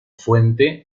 fuerte